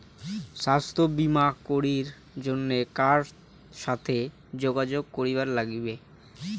স্বাস্থ্য বিমা করির জন্যে কার সাথে যোগাযোগ করির নাগিবে?